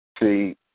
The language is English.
See